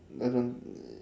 doesn't